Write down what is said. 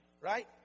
Right